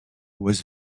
was